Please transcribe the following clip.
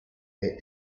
fit